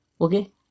okay